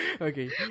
okay